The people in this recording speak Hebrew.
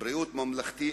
בריאות ממלכתי,